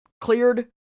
cleared